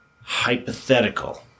hypothetical